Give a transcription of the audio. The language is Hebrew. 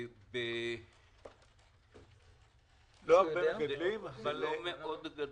המספר לא גדול מאוד.